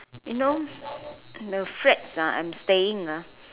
you know the flats ah I'm staying ah